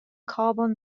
carbon